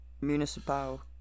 Municipal